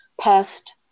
pest